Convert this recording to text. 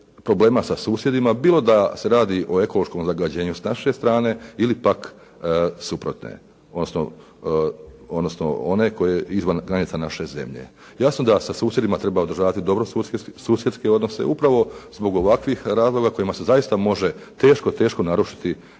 problema sa susjedima bilo da se radi o ekološkom zagađenju s naše strane ili pak suprotne, odnosno one koja je izvan granica naše zemlje. Jasno da sa susjedima treba održavati dobrosusjedske odnose upravo zbog ovakvih razloga kojima se zaista može teško teško narušiti